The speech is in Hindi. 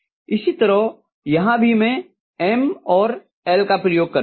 इसी तरह यहाँ भी मैं M और L का प्रयोग कर रही हूँ